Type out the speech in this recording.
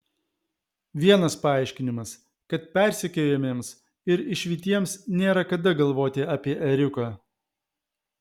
vienas paaiškinimas kad persekiojamiems ir išvytiems nėra kada galvoti apie ėriuką